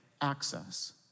access